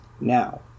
Now